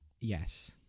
yes